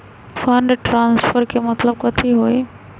Fund transfer के मतलब कथी होई?